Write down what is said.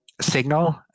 Signal